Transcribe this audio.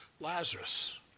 Lazarus